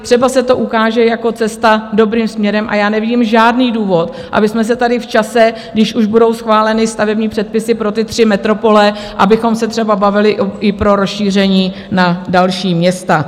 třeba se to ukáže jako cesta dobrým směrem, a já nevidím žádný důvod, abychom se tady v čase, když už budou schváleny stavební předpisy pro ty tři metropole, abychom se třeba bavili i pro rozšíření na další města.